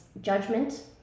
judgment